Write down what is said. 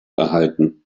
erhalten